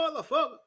motherfucker